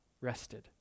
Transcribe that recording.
rested